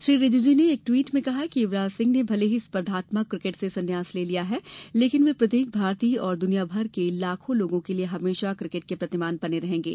श्री रीजीजू ने एक ट्वीट में कहा कि यूवराज सिंह ने भले ही स्पर्धात्मशक क्रिकेट से सन्या्स ने ले लिया है लेकिन वे प्रत्येक भारतीय और दुनिया भर में लाखों लोगों के लिए हमेशा क्रिकेट के प्रतिमान बने रहेंगे